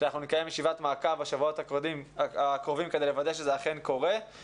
שאנחנו נקיים ישיבת מעקב בשבועות הקרובים כדי לוודא שזה אכן קורה,